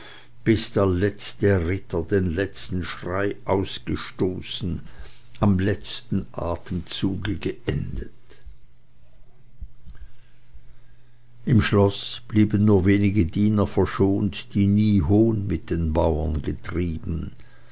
bis der letzte ritter den letzten schrei ausgestoßen am letzten atemzuge geendet im schlosse blieben nur wenige diener verschont die nie hohn mit den bauren getrieben